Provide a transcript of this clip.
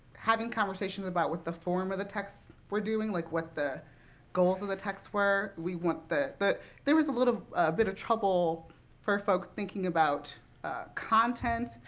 having conversations about what the form of the texts were doing like what the goals of the text were. we want the the there was a little bit of trouble for folks thinking about content,